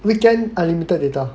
weekend unlimited data